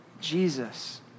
Jesus